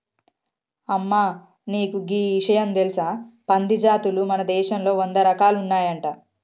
అమ్మ నీకు గీ ఇషయం తెలుసా పంది జాతులు మన దేశంలో వంద రకాలు ఉన్నాయంట